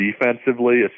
defensively